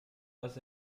was